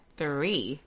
three